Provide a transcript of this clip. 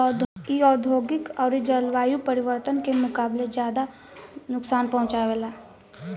इ औधोगिक अउरी जलवायु परिवर्तन के मुकाबले ज्यादा नुकसान पहुँचावे ला